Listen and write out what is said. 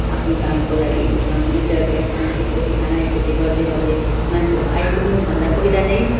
आफ्नो कामको लागि एक दुईटा ग्यासमा एकपट्टि खाना एकपट्टि गर्दै गर्दै मान्छेहरू आइपुग्नु भन्दा पहिला नै